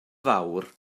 fawr